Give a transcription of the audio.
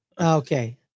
Okay